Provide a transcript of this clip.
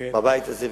בבית הזה,